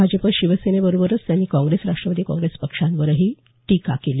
भाजप शिवसेनेबरोबरच त्यांनी काँग्रेस राष्ट्रवादी काँग्रेस पक्षांवरही टीका केली